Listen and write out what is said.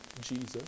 Jesus